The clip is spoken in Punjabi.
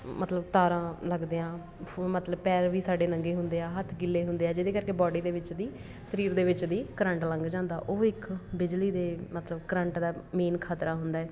ਮਤਲਬ ਤਾਰਾਂ ਲੱਗਦਿਆਂ ਫੂ ਮਤਲਬ ਪੈਰ ਵੀ ਸਾਡੇ ਨੰਗੇ ਹੁੰਦੇ ਆ ਹੱਥ ਗਿੱਲੇ ਹੁੰਦੇ ਆ ਜਿਹਦੇ ਕਰਕੇ ਬੌਡੀ ਦੇ ਵਿੱਚ ਦੀ ਸਰੀਰ ਦੇ ਵਿੱਚ ਦੀ ਕਰੰਟ ਲੰਘ ਜਾਂਦਾ ਉਹ ਇੱਕ ਬਿਜਲੀ ਦੇ ਮਤਲਬ ਕਰੰਟ ਦਾ ਮੇਨ ਖਤਰਾ ਹੁੰਦਾ ਹੈ